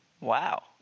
Wow